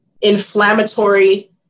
inflammatory